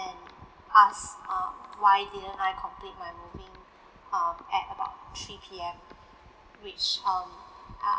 ask uh why didn't I complete my moving um at about three P_M which um I